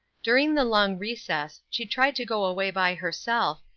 during the long recess she tried to go away by herself,